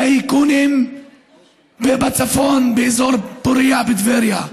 טייקונים מהצפון באזור פוריה וטבריה?